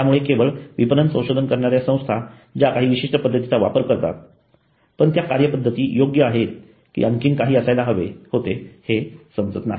त्यामुळे केवळ विपणन संशोधन करणाऱ्या संस्था ज्या काही विशिष्ट पद्धतीचा वापर करतात पण त्या कार्य पद्धती योग्य आहेत की आणखी काही असायला हवे होते हे समजत नाही